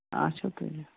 آچھا تُلِو